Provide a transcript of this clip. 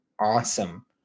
awesome